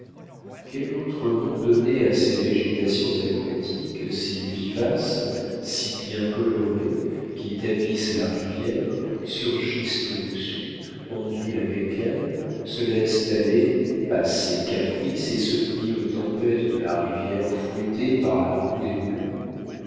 quel autre nom donner à ces végétations aquatiques si vivaces si bien colorées qui tapissent la rivière surgissent au-dessus ondulent avec elle se laissent aller à ses caprices et se plient aux tempêtes de la rivière fouettée par la roue des moulins